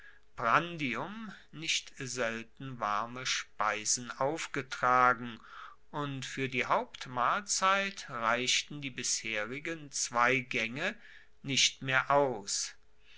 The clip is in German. nicht selten warme speisen aufgetragen und fuer die hauptmahlzeit reichten die bisherigen zwei gaenge nicht mehr aus